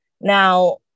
Now